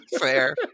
Fair